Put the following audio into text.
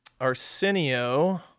Arsenio